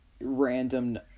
random